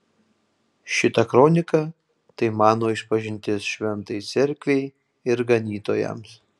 šita kronika tai mano išpažintis šventajai cerkvei ir ganytojams